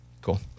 Cool